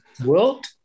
Wilt